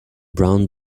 brown